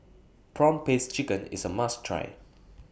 Prawn Paste Chicken IS A must Try